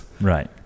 Right